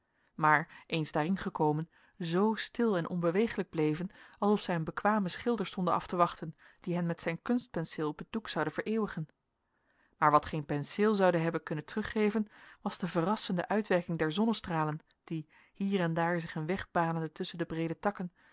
maar eens daarin gekomen zoo stil en onbeweeglijk bleven alsof zij een bekwamen schilder stonden af te wachten die hem met zijn kunstpenseel op het doek zoude vereeuwigen maar wat geen penseel zoude hebben kunnen teruggeven was de verrassende uitwerking der zonnestralen die hier en daar zich een weg banende tusschen de breede takken